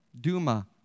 Duma